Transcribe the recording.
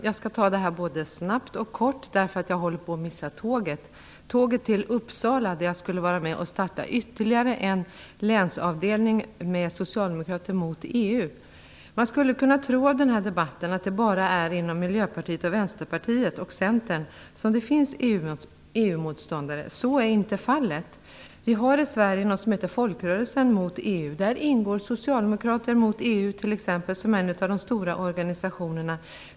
Fru talman! Jag skall fatta mig kort, eftersom jag håller på att missa tåget till Uppsala. Där skall jag vara med om att starta ytterligare en länsavdelning för socialdemokrater som är mot EU. Av den här debatten skulle man kunna tro att det bara finns EU-motståndare inom Miljöpartiet, Vänsterpartiet och Centern. Så är inte fallet. I Sverige finns något som heter Folkrörelsen mot EU. Där ingår t.ex. Socialdemokrater mot EU som en av de stora organisationerna.